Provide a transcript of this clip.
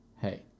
Hey